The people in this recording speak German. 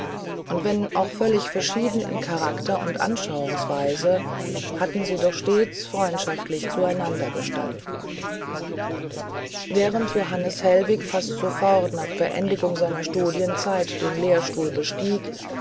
und wenn auch völlig verschieden in charakter und anschauungsweise hatten sie doch stets freundschaftlich zu einander gestanden während johannes hellwig fast sofort nach beendigung seiner studienzeit den lehrstuhl bestiegen